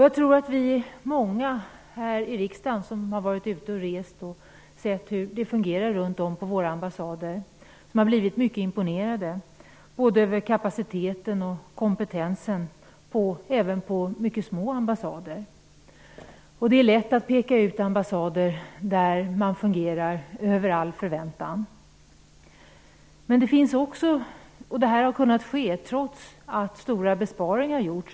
Jag tror att vi är många här i riksdagen som har varit ute och rest och sett hur det fungerar ute på våra ambassader och som har blivit mycket imponerade över både kapaciteten och kompetensen på även mycket små ambassader. Det är lätt att peka ut ambassader som fungerar över all förväntan. Det har fungerat på det här viset trots att stora besparingar har gjorts.